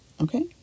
okay